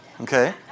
Okay